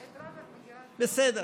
בסדר.